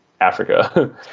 Africa